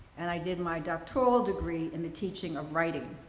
and i did my doctoral degree in the teaching of writing,